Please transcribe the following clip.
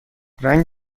رنگ